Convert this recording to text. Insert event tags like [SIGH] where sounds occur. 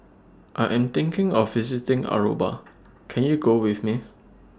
I Am thinking of visiting Aruba [NOISE] Can YOU Go with Me